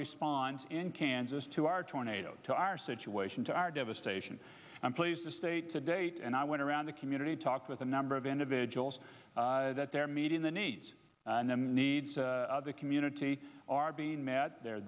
response in kansas to our tornado to our situation to our devastation i'm pleased the state to date and i went around the community talked with a number of individuals that they're meeting the needs and needs of the community are being met they're